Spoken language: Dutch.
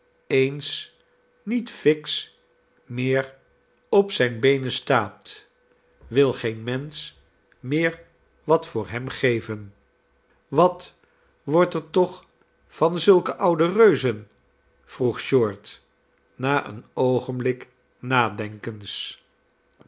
eens niet fiksch meer op zijne beenen staat wil geen mensch meer wat voor hem geven wat wordt er toch van zulke oude reuzen vroeg short na een oogenblik nadenkens